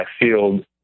field